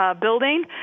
building